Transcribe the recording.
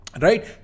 Right